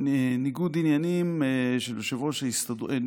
ניגוד עניינים של יושב-ראש ההסתדרות,